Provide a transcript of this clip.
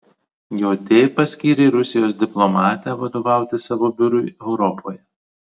jt paskyrė rusijos diplomatę vadovauti savo biurui europoje